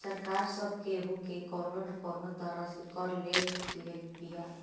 सरकार सब केहू के कवनो ना कवनो तरह से कर ले लेत बिया